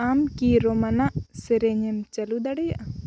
ᱟᱢ ᱠᱤ ᱨᱳᱢᱟᱱᱟᱜ ᱥᱮᱨᱮᱧᱮᱢ ᱪᱟᱹᱞᱩ ᱫᱟᱲᱮᱭᱟᱜᱼᱟ